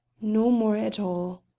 no more at all.